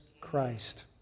Christ